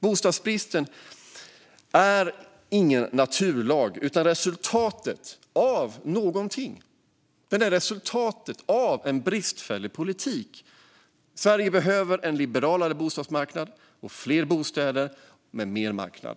Bostadsbristen är ingen naturlag utan resultatet av någonting. Den är resultatet av en bristfällig politik. Sverige behöver en liberalare bostadsmarknad och fler bostäder med mer marknad.